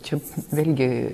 čia vėlgi